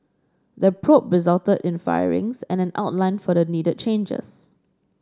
the probe resulted in firings and an outline for needed changes